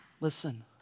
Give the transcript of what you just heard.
Listen